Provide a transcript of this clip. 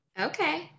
okay